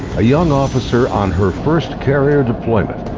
a young officer on her first carrier deployment.